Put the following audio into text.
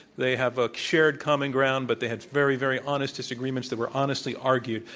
they have a shared common ground, but they have very, very honest disagreements that were honestly argued.